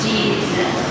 Jesus